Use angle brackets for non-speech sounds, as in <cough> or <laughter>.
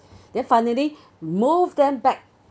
<breath> then finally <breath> move them back